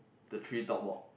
the tree top walk